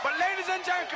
but ladies and